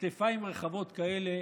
כתפיים רחבות כאלה